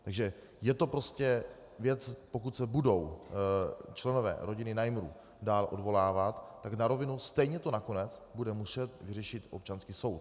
Takže je to prostě věc, pokud se budou členové rodiny Najmrů dál odvolávat, tak na rovinu, stejně to nakonec bude muset vyřešit občanský soud.